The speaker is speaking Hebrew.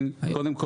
קודם כל